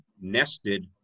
nested